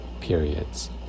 periods